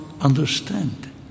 understand